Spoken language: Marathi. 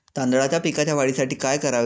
तांदळाच्या पिकाच्या वाढीसाठी काय करावे?